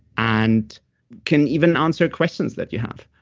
and can even answer questions that you have.